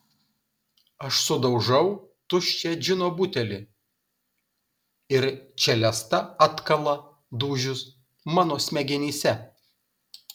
aš sudaužau tuščią džino butelį ir čelesta atkala dūžius mano smegenyse